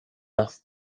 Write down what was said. das